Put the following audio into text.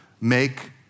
make